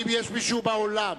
האם יש מישהו באולם